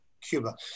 Cuba